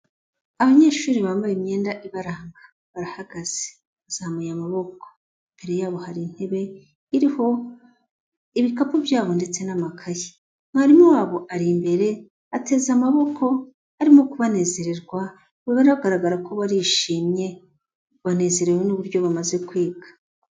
Abanyeshuri bambaye imyenda ibaranga, barahagaze bazamuye amaboko, imbere yabo hari intebe iriho ibikapu byabo ndetse n'amakaye, mwarimu wabo ari imbere ateze amaboko, arimo kubanezererwa, biranagaragara ko barishimye banezerewe n'uburyo bamaze kwiga.